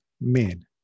Men